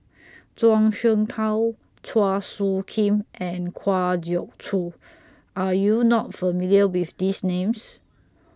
Zhuang Shengtao Chua Soo Khim and Kwa Geok Choo Are YOU not familiar with These Names